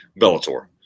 Bellator